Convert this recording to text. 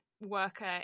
worker